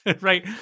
right